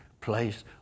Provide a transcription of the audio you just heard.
place